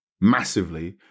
massively